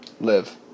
live